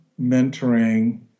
mentoring